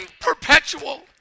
perpetual